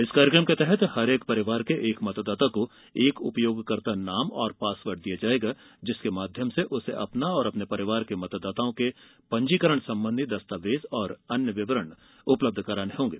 इस कार्यकम के तहत प्रत्येक परिवार के एक मतदाता को एक उपयोगकर्ता नाम और पासवर्ड दिया जायेगा जिसके माध्यम से उसे अपना और अपने परिवार के मतदाताओं के पंजीकरण संबंधी दस्तावेज और अन्य विवरण उपलब्ध कराने होंगे